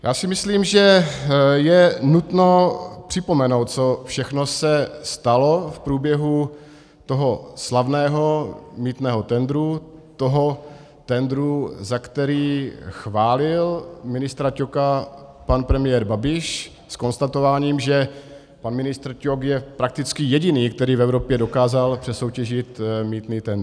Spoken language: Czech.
Já si myslím, že je nutno připomenout, co všechno se stalo v průběhu toho slavného mýtného tendru, toho tendru, za který chválil ministra Ťoka pan premiér Babiš s konstatováním, že pan ministr Ťok je prakticky jediný, který v Evropě dokázal přesoutěžit mýtný tendr.